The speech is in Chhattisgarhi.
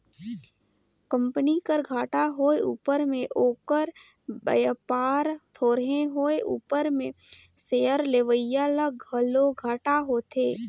कंपनी कर घाटा होए उपर में ओकर बयपार थोरहें होए उपर में सेयर लेवईया ल घलो घाटा होथे